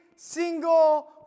single